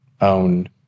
own